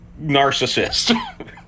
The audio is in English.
narcissist